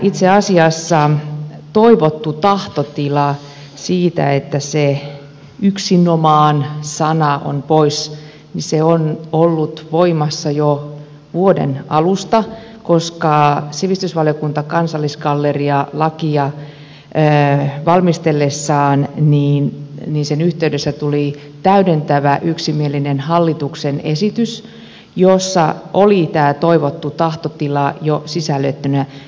itse asiassa toivottu tahtotila siitä että se yksinomaan sana on pois on ollut voimassa jo vuoden alusta koska sivistysvaliokunnan valmistellessa kansallisgalleria lakia sen yhteydessä tuli täydentävä yksimielinen hallituksen esitys jossa oli tämä toivottu tahtotila jo sisällytettynä